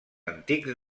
antics